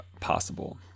possible